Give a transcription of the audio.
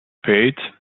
spät